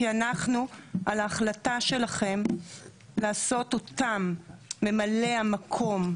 כי על ההחלטה שלכם לעשות אותם ממלאי המקום,